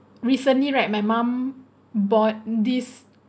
recently right my mum bought this